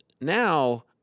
now